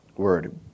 word